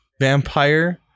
vampire